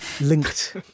linked